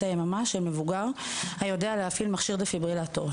היממה היודע להפעיל מכשיר דפיברילטור,